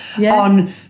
on